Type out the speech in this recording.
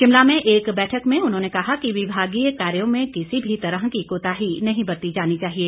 शिमला में एक बैठक में उन्होंने कहा कि विभागीय कार्यो में किसी भी तरह की कोताही नहीं बरती जानी चाहिए